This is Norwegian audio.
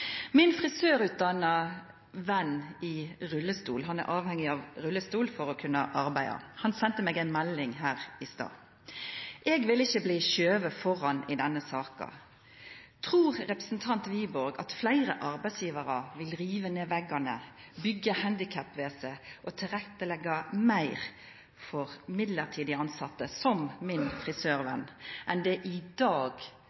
Min frisørutdanna ven i rullestol – han er avhengig av rullestol for å kunna arbeida – sende meg ei melding her i stad: Eg vil ikkje bli skuva føre i denne saka. Trur representanten Wiborg at fleire arbeidsgjevarar vil riva ned veggane, byggja handikap-wc og leggja meir til rette for mellombels tilsette, som min